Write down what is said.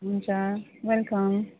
हुन्छ वेलकम